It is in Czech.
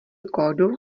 kódu